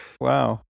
wow